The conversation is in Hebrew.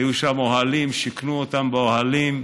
היו שם אוהלים, שיכנו אותם באוהלים,